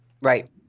Right